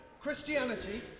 Christianity